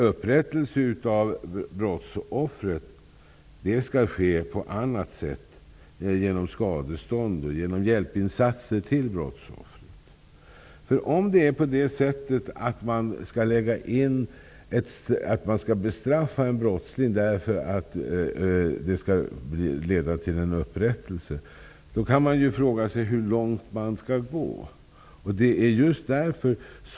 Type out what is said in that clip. Upprättelse av brottsoffret skall ske på annat sätt: genom skadestånd och genom hjälpinsatser till brottsoffret. Om man skall bestraffa en brottsling för att det skall leda till en upprättelse, kan man ju fråga sig hur långt man skall gå.